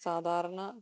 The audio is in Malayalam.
സാധാരണ